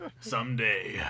someday